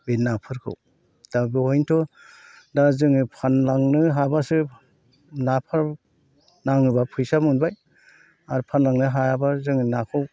बे नाफोरखौ दा बेवहायनोथ' दा जोङो फानलांनो हाबासो नाफोर नाङोबा फैसा मोनबाय आरो फानलांनो हायाबा जों नाखौ